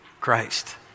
Christ